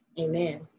Amen